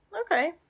okay